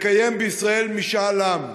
לקיים בישראל משאל עם,